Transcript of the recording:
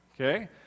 Okay